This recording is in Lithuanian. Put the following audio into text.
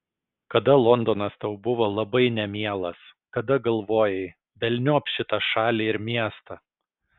kada londonas tau buvo labai nemielas kada galvojai velniop šitą šalį ir miestą